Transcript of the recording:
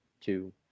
two